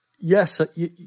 Yes